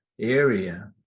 area